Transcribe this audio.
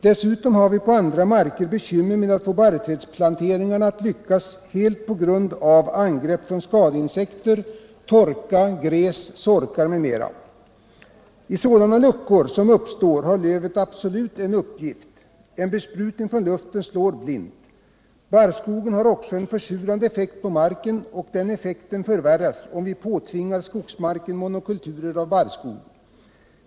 Dessutom har vi på andra marker bekymmer med att få barrträdsplanteringarna att helt lyckas på grund av angrepp från skadeinsekter, torka, gräs, sorkar m.m. I sådana luckor som uppstår har lövet absolut en uppgift. En besprutning från luften slår blint. Barrskogen har också en försurande effekt på marken, och den effekten förvärras om vi påtvingar skogsmarken monokulturer av barrskog.